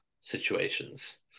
situations